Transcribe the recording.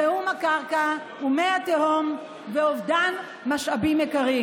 זיהום הקרקע ומי התהום ואובדן משאבים יקרים.